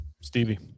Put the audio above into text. Stevie